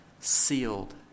sealed